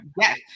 Yes